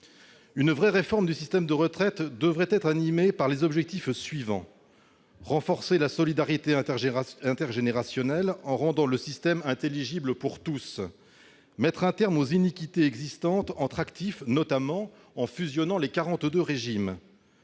Une vraie réforme du système des retraites devrait être animée par les objectifs suivants : renforcer la solidarité intergénérationnelle en rendant le système intelligible pour tous ; mettre un terme aux iniquités entre actifs, notamment en fusionnant les 42 régimes